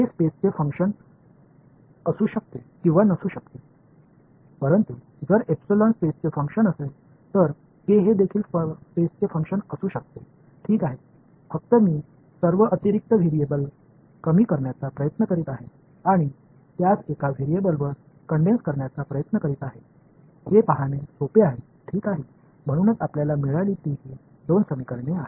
के स्पेसचे फंक्शन असू शकते किंवा नसू शकते परंतु जर एपिसलन स्पेसचे फंक्शन असेल तर के हे देखील स्पेसचे फंक्शन असू शकते ठीक आहे फक्त मी सर्व अतिरिक्त व्हेरिएबल्स कमी करण्याचा प्रयत्न करीत आहे आणि त्यास एका व्हेरिएबलवर कंडेन्स करण्याचा प्रयत्न करीत आहे हे पाहणे सोपे आहे ठीक आहे म्हणूनच आपल्याला मिळाली ती हि दोन समीकरणे आहेत